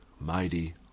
mighty